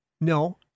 No